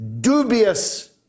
dubious